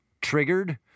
triggered